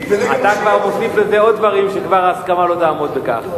אתה מוסיף לזה עוד דברים שההסכמה לא תעמוד בכך.